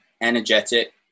energetic